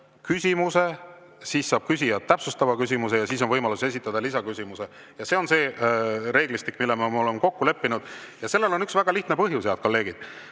küsimus, siis saab küsija [esitada] täpsustava küsimuse ja siis on võimalus esitada lisaküsimus. See on see reeglistik, mille me oleme kokku leppinud. Ja sellel on üks väga lihtne põhjus, head kolleegid: